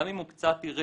גם אם הוא קצת ירד,